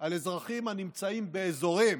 על אזרחים הנמצאים באזורים